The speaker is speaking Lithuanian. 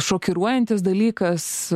šokiruojantis dalykas